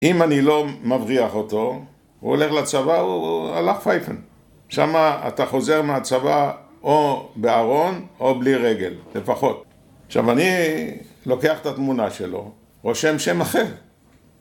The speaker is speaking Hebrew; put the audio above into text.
אם אני לא מבריח אותו, הוא הולך לצבא והוא הלך פייפן שם אתה חוזר מהצבא או בארון או בלי רגל לפחות. עכשיו אני לוקח את התמונה שלו, רושם שם אחר